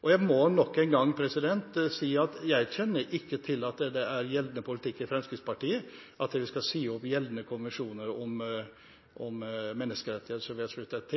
på. Jeg må nok en gang si at jeg ikke kjenner til at det er gjeldende politikk i Fremskrittspartiet at vi skal si opp gjeldende konvensjoner om menneskerettigheter som vi har sluttet